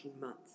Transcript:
months